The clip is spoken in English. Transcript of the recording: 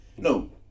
No